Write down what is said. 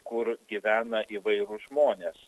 kur gyvena įvairūs žmonės